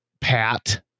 Pat